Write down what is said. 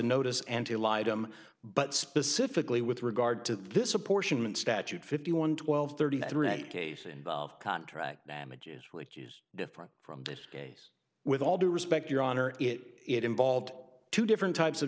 notice and to lie to him but specifically with regard to this apportionment statute fifty one twelve thirty three and case involved contract damages which is different from that case with all due respect your honor it involved two different types of